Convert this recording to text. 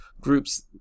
groups